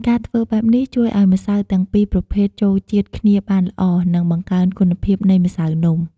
ការធ្វើបែបនេះជួយឱ្យម្សៅទាំងពីរប្រភេទចូលជាតិគ្នាបានល្អ និងបង្កើនគុណភាពនៃម្សៅនំ។